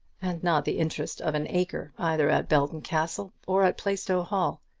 and not the interest of an acre either at belton castle or at plaistow hall!